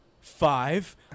five